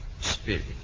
spirit